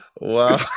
Wow